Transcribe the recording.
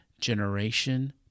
generation